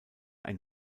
ein